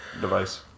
Device